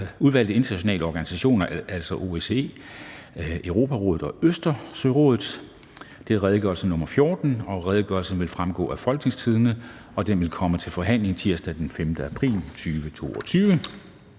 udvalgte internationale organisationer (OSCE, Europarådet og Østersørådet). (Redegørelse nr. 14). Redegørelsen vil fremgå af www.folketingstidende.dk. Redegørelsen vil komme til forhandling tirsdag den 5. april 2022.